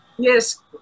Yes